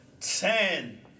ten